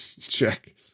check